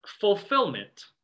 fulfillment